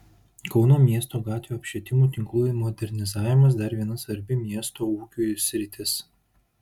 kauno miesto gatvių apšvietimo tinklų modernizavimas dar viena svarbi miesto ūkiui sritis